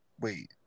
wait